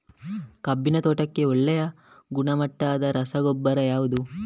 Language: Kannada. ಕಬ್ಬಿನ ತೋಟಕ್ಕೆ ಒಳ್ಳೆಯ ಗುಣಮಟ್ಟದ ರಸಗೊಬ್ಬರ ಯಾವುದು?